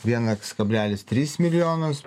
vienaks kablelis trys milijonus